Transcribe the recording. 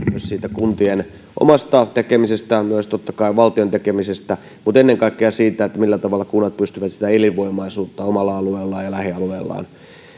siitä kuntien omasta tekemisestä myös totta kai valtion tekemisestä mutta ennen kaikkea siitä millä tavalla kunnat pystyvät sitä elinvoimaisuutta omalla alueellaan ja lähialueillaan